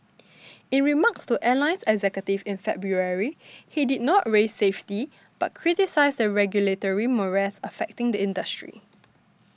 in remarks to airline executives in February he did not raise safety but criticised the regulatory morass affecting the industry